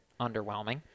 underwhelming